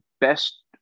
best